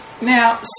Now